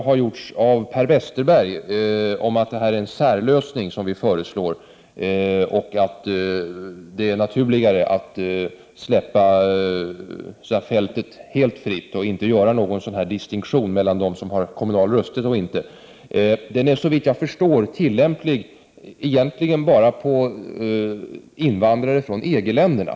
Det som Per Westerberg sade om att vår lösning är en särlösning och att det är naturligare att släppa fältet helt fritt och inte göra någon distinktion mellan de människor som har kommunal rösträtt och dem som inte har det är, såvitt jag förstår, tillämpligt endast på invandrare från EG-länderna.